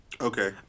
Okay